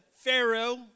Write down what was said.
Pharaoh